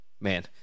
man